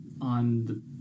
on